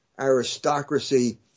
aristocracy